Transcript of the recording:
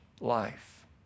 life